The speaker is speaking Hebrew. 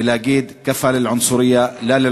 ולהגיד (אומר בערבית: די לגזענות.